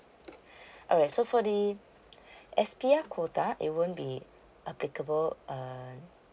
alright so for the S_P_R uh it won't be applicable uh